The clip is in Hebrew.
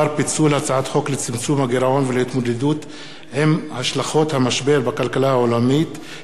לצמצום הגירעון ולהתמודדות עם השלכות המשבר בכלכלה העולמית (תיקוני חקיקה),